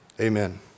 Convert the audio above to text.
Amen